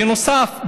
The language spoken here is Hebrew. בנוסף,